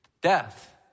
death